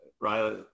Riley